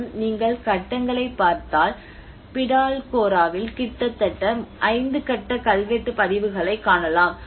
மற்றும் நீங்கள் கட்டங்களைப் பார்த்தால் பிடால்கோராவில் கிட்டத்தட்ட 5 கட்ட கல்வெட்டு பதிவுகளைக் காணலாம்